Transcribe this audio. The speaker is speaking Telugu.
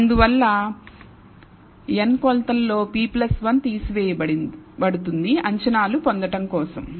అందువల్ల n కొలతలలో p 1 తీసివేయబడుతుంది అంచనాలను పొందడం కోసం